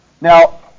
Now